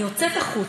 אני יוצאת החוצה,